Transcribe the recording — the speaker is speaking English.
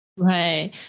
Right